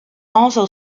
also